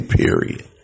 period